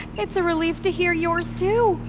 it's a relief to hear yours, too!